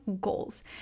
goals